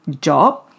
job